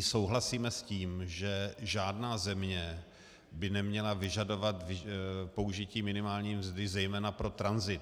souhlasíme s tím, že žádná země by neměla vyžadovat použití minimální mzdy zejména pro tranzit.